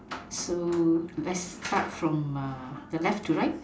so let's start from the left to right